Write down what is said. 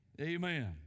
Amen